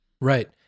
Right